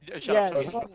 Yes